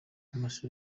amashusho